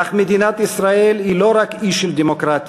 אך מדינת ישראל היא לא רק אי של דמוקרטיה,